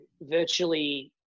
virtually